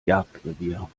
jagdrevier